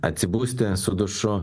atsibusti su dušu